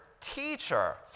teacher